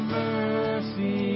mercy